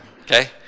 Okay